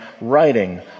writing